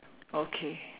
okay